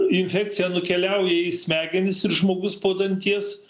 infekcija nukeliauja į smegenis ir žmogus po danties